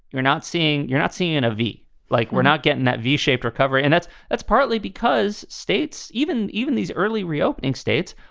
you're not seeing you're not seeing and a v like we're not getting that v shaped recovery. and that's that's partly because states, even even these early reopening states,